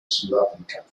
sudáfrica